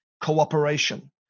cooperation